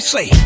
Say